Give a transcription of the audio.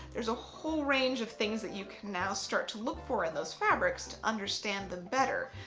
there's a whole range of things that you can now start to look for in those fabrics to understand them better.